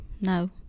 no